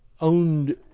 owned